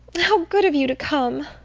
how good of you to come!